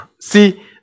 See